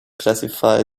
classify